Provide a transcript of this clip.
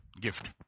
gift